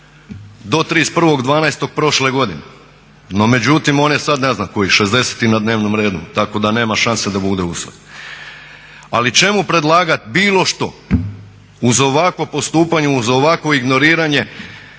do 31.12. prošle godine. No međutim, on je sad ne znam koji šezdeseti na dnevnom redu, tako da nema šanse da bude usvojen. Ali čemu predlagati bilo što uz ovakvo postupanje, uz ovakvo ignoriranje